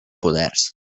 poders